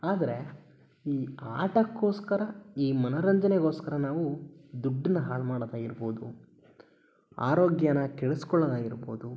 ಆದರೆ ಈ ಆಟಕ್ಕೋಸ್ಕರ ಈ ಮನರಂಜನೆಗೋಸ್ಕರ ನಾವು ದುಡ್ಡನ್ನ ಹಾಳು ಮಾಡೋದಾಗಿರ್ಬೋದು ಆರೋಗ್ಯಾನ ಕೆಡಿಸ್ಕೊಳ್ಳೋದಾಗಿರ್ಬೋದು